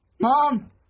Mom